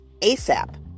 ASAP